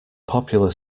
popular